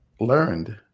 learned